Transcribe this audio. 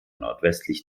nordwestlich